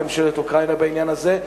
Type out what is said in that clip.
לממשלת אוקראינה בעניין הזה,